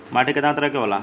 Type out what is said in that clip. माटी केतना तरह के होला?